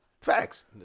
Facts